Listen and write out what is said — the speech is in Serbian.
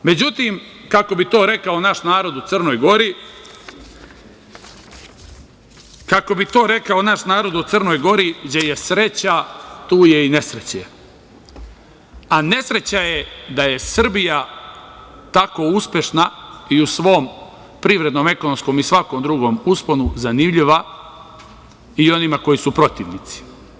Međutim, kako bi to rekao naš narod u Crnoj Gori „đe je sreća, tu je i nesreće“, a nesreća je da je Srbija tako uspešna i u svom privrednom ekonomskom i svakom drugom usponu zanimljiva i onima koji su protivnici.